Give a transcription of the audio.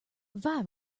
viral